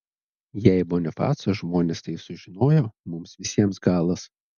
jei bonifaco žmonės tai sužinojo mums visiems galas